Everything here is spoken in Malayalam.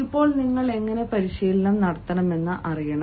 ഇപ്പോൾ നിങ്ങൾ എങ്ങനെ പരിശീലനം നടത്തണമെന്ന് അറിയണം